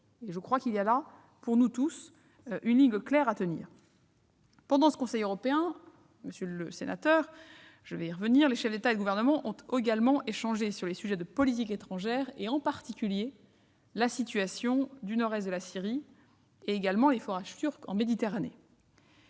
Je crois qu'il y a là, pour nous tous, une ligne claire à tenir. Pendant ce Conseil européen, les chefs d'État et de gouvernement ont également échangé sur les sujets de politique étrangère, en particulier la situation du nord-est de la Syrie et le problème des forages turcs en Méditerranée.